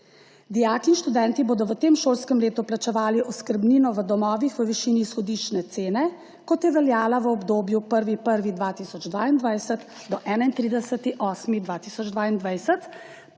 Dijaki in študenti bodo v tem šolskem letu plačevali oskrbnino v domovih v višini izhodiščne cene, kot je veljala v obdobju 1. 1. 2022 do 31. 8. 2022.